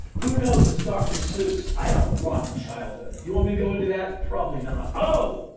who knows? it's dr. seuss. i had a rotten childhood. do you want me to go into that? probably not. oh!